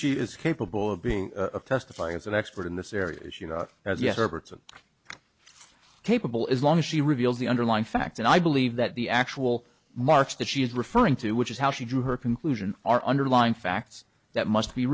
she is capable of being a testify as an expert in this area as you know as yes or parts of capable as long as she reveals the underlying facts and i believe that the actual marks that she is referring to which is how she drew her conclusion are underlying facts that must be